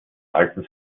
alten